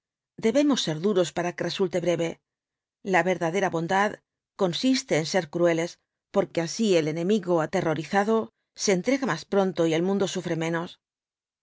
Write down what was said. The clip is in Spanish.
debemos ser duros para que resulte breve la verdadera bondad consiste en ser crueles porque así el enemigo aterrorizado se entrega más pronto y el mundo sufre menos